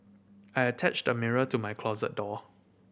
I attached a mirror to my closet door